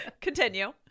Continue